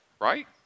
right